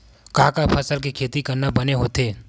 का का फसल के खेती करना बने होथे?